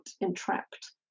entrapped